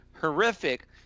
horrific